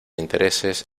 intereses